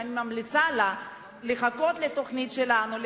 ואני ממליצה לה לחכות לתוכנית שלנו,